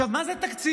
מה זה תקציב,